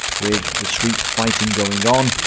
with the street-fighting going on,